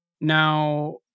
Now